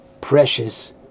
precious